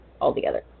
altogether